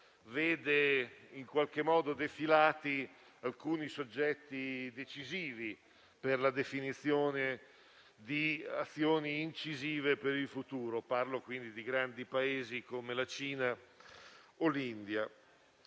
vede in qualche modo defilati alcuni soggetti decisivi per la definizione di azioni incisive per il futuro, e parlo di grandi Paesi come la Cina o l'India.